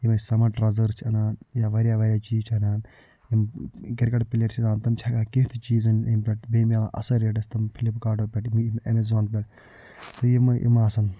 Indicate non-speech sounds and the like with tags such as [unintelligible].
یِمَے summer trousers چھِ اَنان یا واریاہ واریاہ چیٖز چھِ اَنان یِم کَرکَٹ پٕلیٲرٕس چھِ آسان تِم چھِ ہیٚکان کیٚنٛہہ تہِ چیٖز أنِتھ اَمہِ پٮ۪ٹھ بیٚیہِ میلان اصٕل ریٹَس تِم فِلپکارٹو پٮ۪ٹھ [unintelligible] بیٚیہِ ییٚمہِ ایٚمیزان پٮ۪ٹھ تہٕ یم یِم آسَن